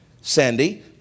Sandy